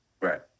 Right